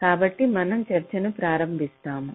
కాబట్టి మనం చర్చను ప్రారంభిస్తాము